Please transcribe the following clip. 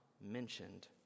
mentioned